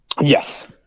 Yes